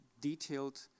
detailed